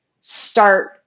start